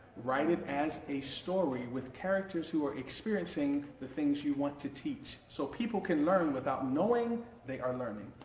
write it as a story with characters who are experiencing the things you want to teach! so people can learn without knowing they are learning.